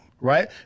Right